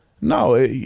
No